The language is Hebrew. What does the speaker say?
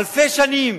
אלפי שנים